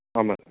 ஆமாம் சார்